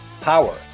power